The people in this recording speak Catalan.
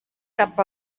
cap